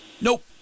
nope